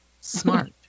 Smart